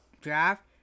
draft